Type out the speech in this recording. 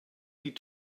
die